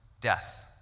death